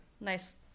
Nice